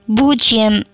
பூஜ்ஜியம்